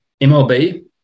MLB